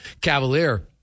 Cavalier